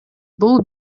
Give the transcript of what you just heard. бул